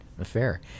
Affair